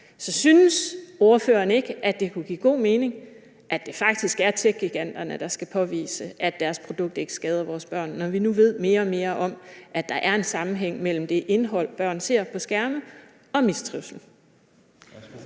Så synes ordføreren ikke, at det kunne give god mening, at det faktisk er techgiganterne, der skal påvise, at deres produkt ikke skader vores børn, når vi nu ved mere og mere om, at der er en sammenhæng mellem det indhold, børn ser på skærme, og mistrivsel?